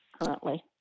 currently